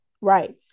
right